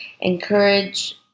encourage